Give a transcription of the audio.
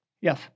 Yes